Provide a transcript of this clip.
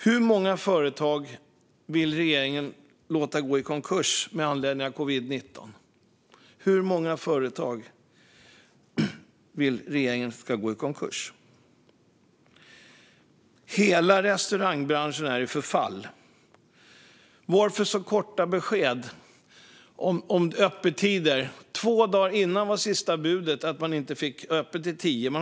Hur många företag vill regeringen låta gå i konkurs med anledning av covid-19? Hur många företag vill regeringen ska gå i konkurs? Hela restaurangbranschen är i förfall. Varför så korta besked om öppettider? Två dagar tidigare var senaste budet att man fick ha öppet till 22.